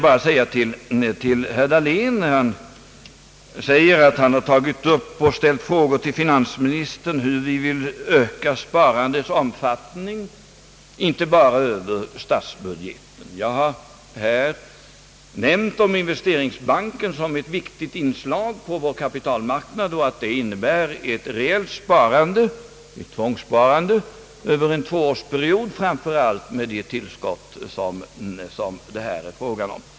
Herr Dahlén säger, att han har ställt frågor till finansministern om hur vi vill öka sparandets omfattning inte bara över statsbudgeten. Jag har här nämnt om investeringsbanken som ett viktigt inslag på vår kapitalmarknad och sagt att det innebär ett reellt tvångssparande över en tvåårsperiod, framför allt med de tillskott som det här är fråga om.